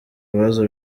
bibazo